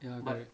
ya correct